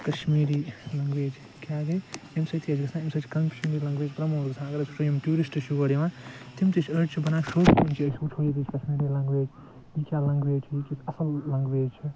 Kashmiri language کیاہ گے امہ سۭتۍ کیاہ چھُ گَژھان امہ سۭتۍ چھُ کَشمیٖری لَنٛگویج پرَموٹ گَژھان اگر أسۍ وٕچھو یِم ٹیورِسٹ چھِ یور یِوان تِم تہِ چھِ أڑ چھِ بَنان شوقیٖن أسۍ ہیٚچھ ہو ییٚتِچ کَشمیٖری لَنٛگویج یہِ کیاہ لنگویج چھِ یہِ کِژھ اصل لنگویج چھ